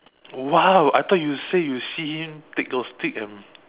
!wow! I thought you say you see him take those stick and